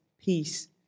peace